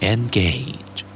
Engage